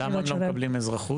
למה הם לא מקבלים אזרחות?